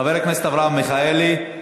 חבר הכנסת אברהם מיכאלי.